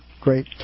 great